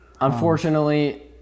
Unfortunately